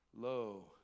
Lo